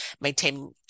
maintaining